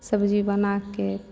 सब्जी बनाके